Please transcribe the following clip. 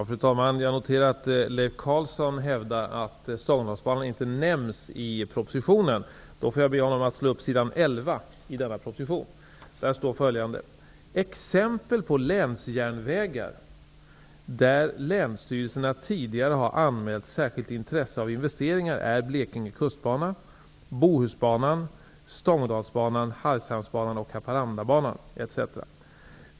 Fru talman! Jag noterar att Leif Carlson hävdar att Stångådalsbanan inte nämns i propositionen. Jag får be honom att slå upp s. 11 i propositionen. Där står följande: ''Exempel på länsjärnvägar där länsstyrelserna tidigare har anmält särskilt intresse av investeringar är Blekinge Kustbana, Bohusbanan, Stångådalsbanan, Hargshamnsbanan och Haparandabanan --.